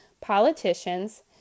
politicians